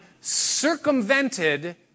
circumvented